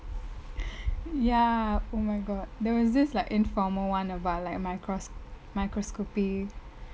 ya oh my god there was this like informal one about micros~ microscopy